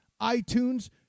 iTunes